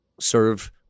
serve